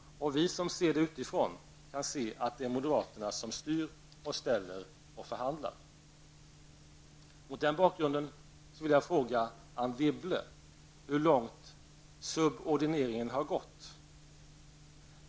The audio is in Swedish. Vi som ser det utifrån kan se att det är moderaterna som styr och ställer och förhandlar. Mot denna bakgrund vill jag fråga Anne Wibble hur långt subordineringen har gått.